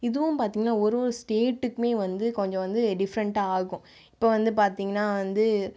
இதுவும் பார்த்தீங்கன்னா ஒரு ஒரு ஸ்டேட்டுக்கும் வந்து கொஞ்சம் வந்து டிஃப்ரெண்ட்டாக ஆகும் இப்போ வந்து பார்த்தீங்கன்னா வந்து